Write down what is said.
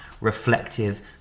reflective